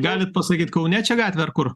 galit pasakyt kaune čia gatvė ar kur